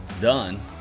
done